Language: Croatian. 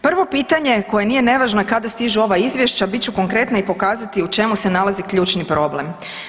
Prvo pitanje koje nije nevažno, a kada stižu ova izvješća, bit ću konkretna i pokazati u čemu se nalazi ključni problem.